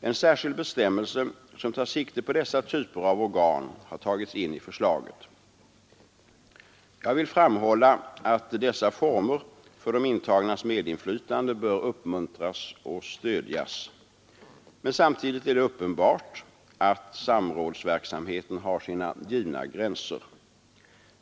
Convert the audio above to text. En särskild bestämmelse som tar sikte på dessa typer av organ har tagits in i förslaget. Jag vill framhålla att dessa former för de intagnas medinflytande bör uppmuntras och stödjas. Men samtidigt är det uppenbart att samrådsverksamheten har sina givna gränser.